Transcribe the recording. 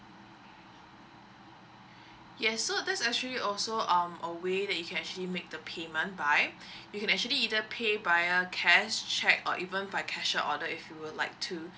yes so that's actually also um a way that you can actually make the payment by you can actually either pay via cash cheque or even by cashier's order if you would like to